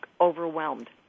overwhelmed